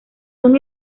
son